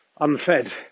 unfed